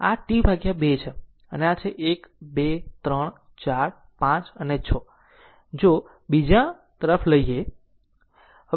આ t 2 છે અને આ છે 1 2 3 4 5 6 જો બીજા અને બીજામાં લેવું